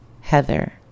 Heather